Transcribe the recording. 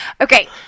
Okay